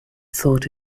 thought